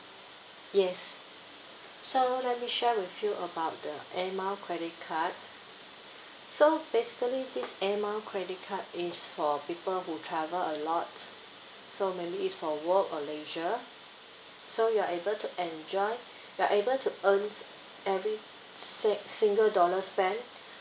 yes so let me share with you about the air mile credit card so basically this air mile credit card is for people who travel a lot so maybe it's for work or leisure so you're able to enjoy you're able to earn every sin~ single dollars spent